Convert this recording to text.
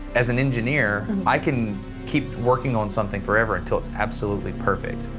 as an engineer. i can keep working on something forever until it's absolutely perfect.